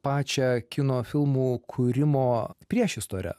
pačią kino filmų kūrimo priešistorę